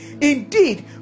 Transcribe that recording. Indeed